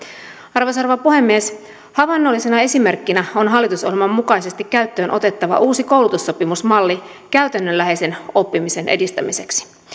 arvoisa rouva puhemies havainnollisena esimerkkinä on hallitusohjelman mukaisesti käyttöön otettava uusi koulutussopimusmalli käytännönläheisen oppimisen edistämiseksi